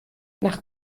nach